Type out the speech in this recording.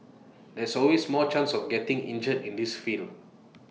there's always more chance of getting injured in this field